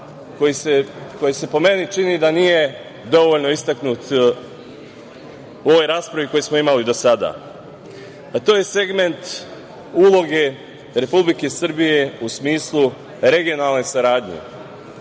koji se po meni čini da nije dovoljno istaknut u ovoj raspravi koju smo imali do sada, a to je segment uloge Republike Srbije u smislu regionalne saradnje. Mi